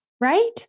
right